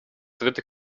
dritte